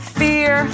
fear